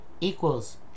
equals